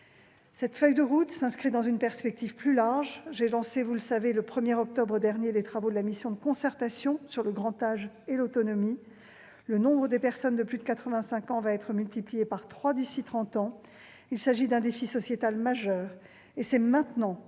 Cette feuille de route s'inscrit dans une perspective plus large : vous le savez, j'ai lancé le 1octobre dernier les travaux de la mission de concertation sur le grand âge et l'autonomie. Le nombre des personnes de plus de 85 ans va être multiplié par trois d'ici trente ans. Il s'agit d'un défi sociétal majeur et c'est maintenant